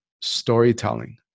storytelling